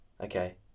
okay